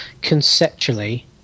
conceptually